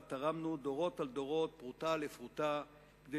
שבה תרמנו דורות על דורות פרוטה לפרוטה כדי